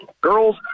girls